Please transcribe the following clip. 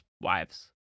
wives